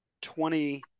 twenty